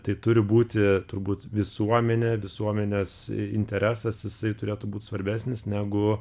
tai turi būti turbūt visuomenė visuomenės interesas jisai turėtų būti svarbesnis negu